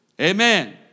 Amen